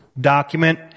document